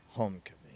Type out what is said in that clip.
Homecoming